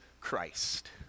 Christ